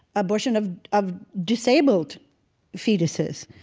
abortion of of disabled fetuses.